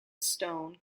stone